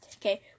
Okay